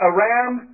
Aram